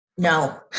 No